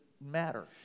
matter